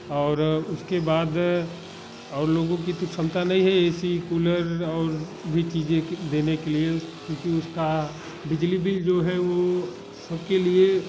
और उसके बाद और लोगों की तो क्षमता नहीं है ए सी कूलर और भी चीज़ें देने के लिए क्योंकि उसका बिजली बिल जो है वो सबके लिए